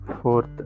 Fourth